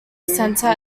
center